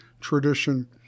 tradition